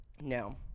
No